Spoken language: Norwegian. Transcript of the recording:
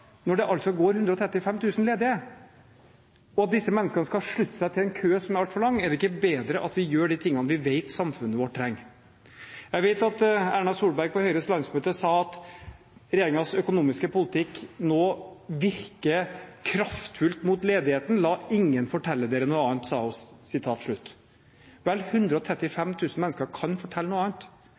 altså 135 000 går ledig, og i at disse menneskene skal slutte seg til en kø som er altfor lang? Er det ikke bedre at vi gjør de tingene vi vet at samfunnet vårt trenger? Jeg vet at Erna Solberg på Høyres landsmøte sa at regjeringens økonomiske politikk nå virker kraftfullt mot ledigheten. La ingen fortelle dere noe annet, sa hun. Vel, 135 000 mennesker kan fortelle noe annet.